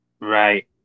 right